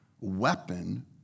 weapon